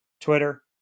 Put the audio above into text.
Twitter